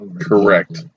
Correct